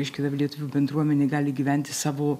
iškeliam lietuvių bendruomenė gali gyventi savo